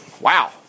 Wow